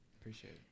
Appreciate